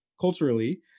Culturally